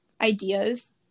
ideas